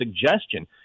suggestion